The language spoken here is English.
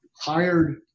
hired